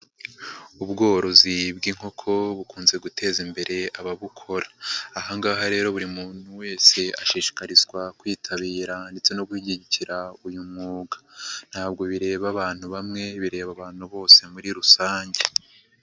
Ubworozi bw'inkoko bukunze guteza imbere ababukora, aha ngaha rero buri muntu wese ashishikarizwa kwitabira ndetse no gushyigikira uyu mwuga, ntabwo r bireba abantu bamwe bireba abantu bose muri rusange.